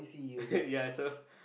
ya so